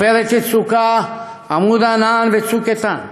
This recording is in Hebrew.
"עופרת יצוקה", "עמוד ענן" ו"צוק איתן",